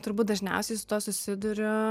turbūt dažniausiai su tuo susiduriu